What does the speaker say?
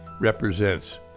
represents